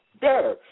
better